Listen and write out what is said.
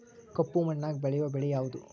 ಕಪ್ಪು ಮಣ್ಣಾಗ ಬೆಳೆಯೋ ಬೆಳಿ ಯಾವುದು?